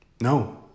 No